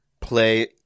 Play